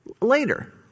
later